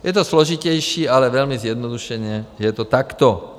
Je to složitější, ale velmi zjednodušeně je to takto.